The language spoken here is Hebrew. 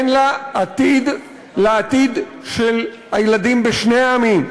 אין בה עתיד לעתיד של הילדים בשני העמים,